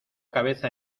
cabeza